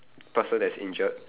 person that is injured